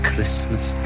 Christmas